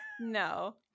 No